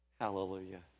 hallelujah